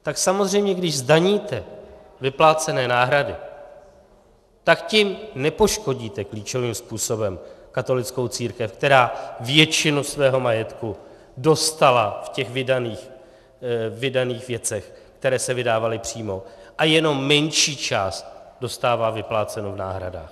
Tak samozřejmě když zdaníte vyplácené náhrady, tak tím nepoškodíte klíčovým způsobem katolickou církev, která většinu svého majetku dostala v těch vydaných věcech, které se vydávaly přímo, a jenom menší část dostává vypláceno v náhradách.